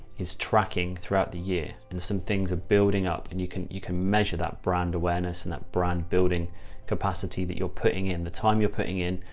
is tracking throughout the year and some things are building up and you can, you can measure that brand awareness and that brand building capacity that you're putting in the time you're putting in,